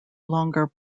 longer